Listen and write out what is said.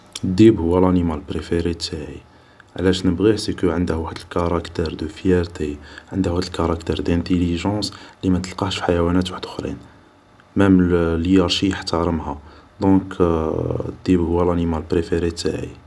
الديب هو لانيمال بريفري تاعي علاش نبغيه باسكو عنده واحد الكاراتير دو فيارتي عنده واحد الكاراتير دانتيليجونس لي ماتلقاهش في حيوانات وحدوخرين مام ليارشي يحترمها دونك الديب هو لانيمال بريفري تاعي